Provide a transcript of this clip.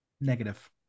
Negative